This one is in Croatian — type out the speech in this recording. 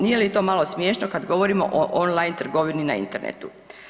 Nije li to malo smiješno kad govorimo o on line trgovini na internetu.